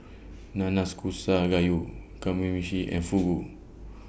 Nanakusa Gayu Kamameshi and Fugu